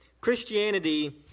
Christianity